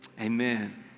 amen